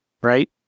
right